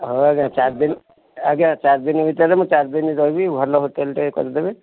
ହଉ ଆଜ୍ଞା ଚାରିଦିନ ଆଜ୍ଞା ଚାରିଦିନ ଭିତରେ ମୁଁ ଚାରିଦିନ ରହିବି ଭଲ ହୋଟେଲଟେ କରିଦେବେ